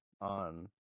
on